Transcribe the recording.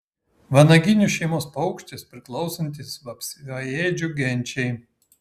vanaginių šeimos paukštis priklausantis vapsvaėdžių genčiai